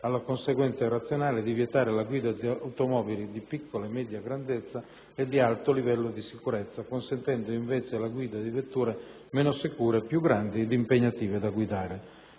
alla conseguenza irrazionale di vietare la guida di automobili di piccola e media grandezza e di alto livello di sicurezza, consentendo invece la guida di vetture meno sicure, più grandi ed impegnative da guidare.